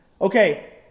Okay